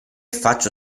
faccio